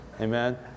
Amen